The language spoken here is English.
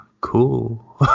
cool